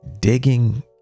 Digging